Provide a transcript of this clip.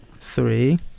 Three